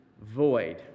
void